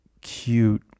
cute